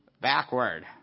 backward